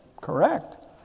Correct